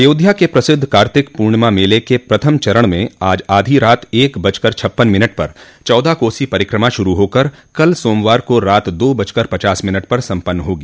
अयोध्या के प्रसिद्ध कार्तिक पूर्णिमा मेले के प्रथम चरण में आज आधी रात एक बजकर छप्पन मिनट पर चौदह कोसी परिक्रमा शुरू होकर कल सोमवार को रात दो बजकर पचास मिनट पर संम्पन्न होगी